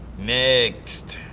next.